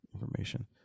information